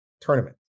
tournament